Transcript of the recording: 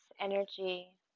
energy